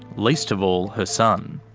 least of all her son.